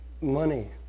money